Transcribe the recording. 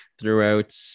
throughout